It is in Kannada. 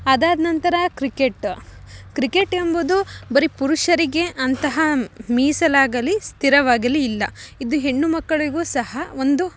ಅದಾದನಂತರ ಕ್ರಿಕೆಟ್ ಕ್ರಿಕೆಟ್ ಎಂಬುದು ಬರಿ ಪುರುಷರಿಗೆ ಅಂತ ಮೀಸಲಾಗಲಿ ಸ್ಥಿರವಾಗಲಿ ಇಲ್ಲ ಇದು ಹೆಣ್ಣು ಮಕ್ಕಳಿಗೂ ಸಹ ಒಂದು